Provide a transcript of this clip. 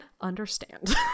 understand